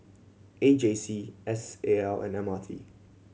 A J C S A L and M R T